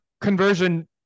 conversion